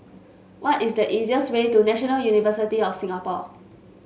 what is the easiest way to National University of Singapore